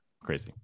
crazy